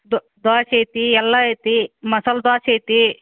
ದೊ ದ್ವಾಸೆ ಐತಿ ಎಲ್ಲ ಐತಿ ಮಸಾಲೆ ದ್ವಾಸೆ ಐತಿ